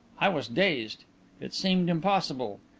i was dazed it seemed impossible.